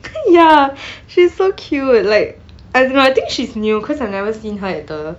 ya she's so cute like I don't know I think she's new cause I've never seen her at the